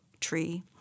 tree